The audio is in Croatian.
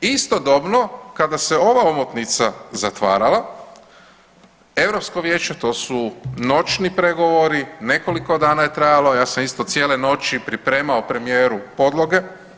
Istodobno kada se ova omotnica zatvarala, europsko vijeće to su noćni pregovori, nekoliko dana je trajalo, ja sam isto cijele noći pripremao premijeru podloge.